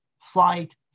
flight